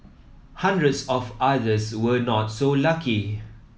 hundreds of others were not so lucky